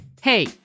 Hey